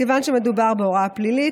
כיוון שמדובר בהוראה פלילית,